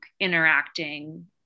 interacting